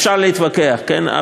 אפשר להתווכח, כן?